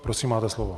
Prosím, máte slovo.